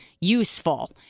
useful